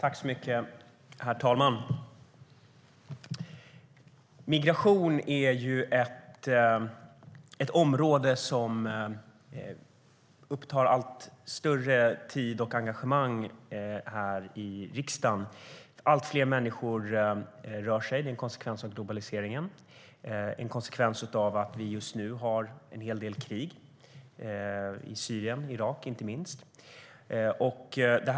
Herr talman! Migration är ett område som upptar alltmer tid och engagemang här i riksdagen. Allt fler människor rör sig. Det är en konsekvens av globaliseringen, en konsekvens av att vi just nu har en hel del krig, inte minst i Syrien och Irak.